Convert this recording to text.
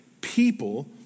people